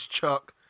Chuck